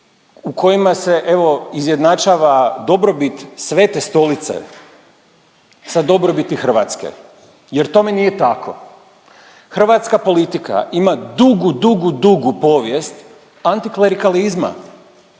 u kojima se evo izjednačava dobrobit Svete stolice sa dobrobiti Hrvatske jer tome nije tako. Hrvatska politika ima dugu, dugu, dugu povijest antiklerikalizma.